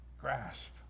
grasp